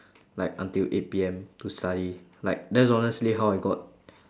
like until eight P_M to study like that's honestly how I got